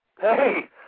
Hey